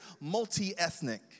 multi-ethnic